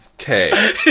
okay